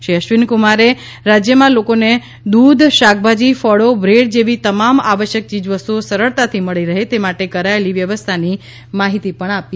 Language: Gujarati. શ્રી અધ્વિની કુમારે જણાવ્યુ કે રાજ્યમાં લોકોને દૂધ શાકભાજી ફળો બ્રેડ જેવી તમામ આવશ્યક ચીજ વસ્તુઓ સરળતાથી મળી રહે તે માટે કરાયેલી વ્યવસ્થાની માહિતી આ રીતે આપી